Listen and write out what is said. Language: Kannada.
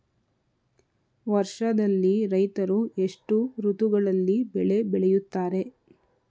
ವರ್ಷದಲ್ಲಿ ರೈತರು ಎಷ್ಟು ಋತುಗಳಲ್ಲಿ ಬೆಳೆ ಬೆಳೆಯುತ್ತಾರೆ?